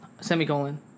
semicolon